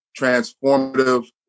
transformative